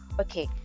Okay